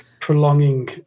prolonging